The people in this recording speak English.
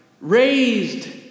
raised